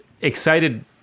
excited